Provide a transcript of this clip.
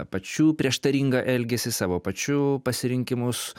pačių prieštaringą elgesį savo pačių pasirinkimus